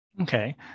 Okay